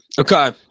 Okay